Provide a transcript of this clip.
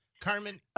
Carmen